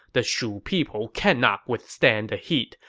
the shu people cannot withstand the heat,